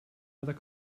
other